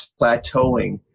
plateauing